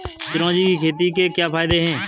चिरौंजी की खेती के क्या फायदे हैं?